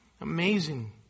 Amazing